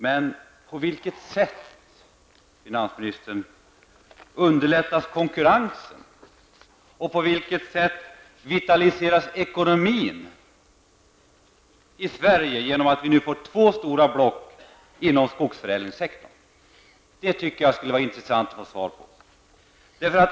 Men på vilket sätt, finansministern, underlättas konkurrensen och på vilket sätt vitaliseras ekonomin i Sverige genom att vi nu får två stora block inom skogsförädlingssektorn? Det vore intressant att få svar på den frågan.